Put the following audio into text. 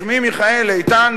שמי מיכאל איתן,